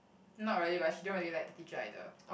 not really but she don't really like the teacher either